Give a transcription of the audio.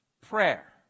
prayer